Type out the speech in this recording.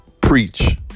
preach